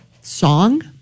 song